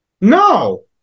No